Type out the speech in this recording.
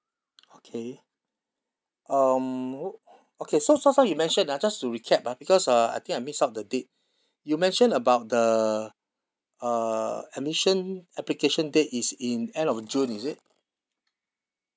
okay um o~ okay so just now you mention ah just to recap uh because uh I think I miss out the date you mention about the uh admission application date is in end of june is it